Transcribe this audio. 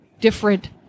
different